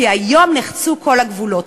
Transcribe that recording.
כי היום נחצו כל הגבולות.